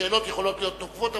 שאלות יכולות להיות נוקבות,